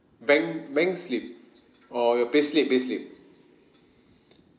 bank bank slip or your payslip payslip